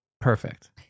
Perfect